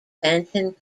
benton